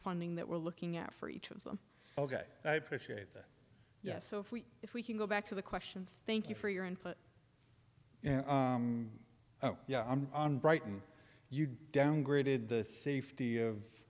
funding that we're looking out for each of them ok i appreciate that yes so if we if we can go back to the questions thank you for your input yeah i'm on brighton you downgraded the safety of